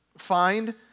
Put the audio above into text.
Find